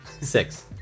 Six